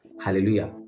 Hallelujah